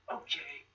Okay